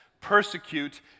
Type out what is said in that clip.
persecute